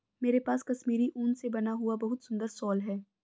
मेरे पास कश्मीरी ऊन से बना हुआ बहुत सुंदर शॉल है